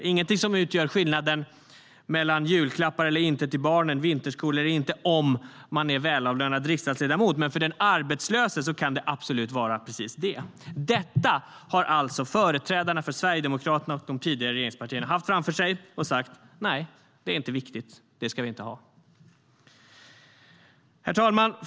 Det är inget som utgör skillnaden mellan julklappar eller inte till barnen, vinterskor eller inte om man är en välavlönad riksdagsledamot. Men för den arbetslöse kan det absolut utgöra skillnad. Detta har alltså företrädarna för Sverigedemokraterna och de tidigare regeringspartierna haft framför sig och sagt: Nej, det är inte viktigt. Det ska vi inte ha. Herr talman!